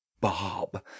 Bob